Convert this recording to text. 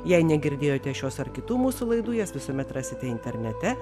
jei negirdėjote šios ar kitų mūsų laidų jas visuomet rasite internete